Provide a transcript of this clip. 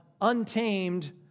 untamed